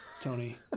Tony